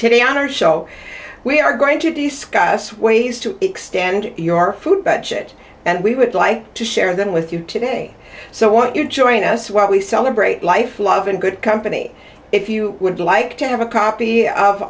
today on our show we are going to discuss ways to extend your food budget and we would like to share them with you today so i want you to join us while we celebrate life love and good company if you would like to have a copy of